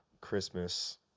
Christmas